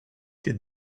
did